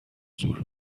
زور